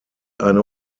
eine